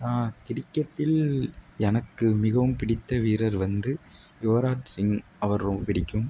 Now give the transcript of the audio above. கிரிக்கெட்டில் எனக்கு மிகவும் பிடித்த வீரர் வந்து யுவராஜ் சிங்க் அவர் ரொம்ப பிடிக்கும்